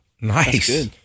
nice